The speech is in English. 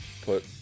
put